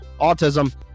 autism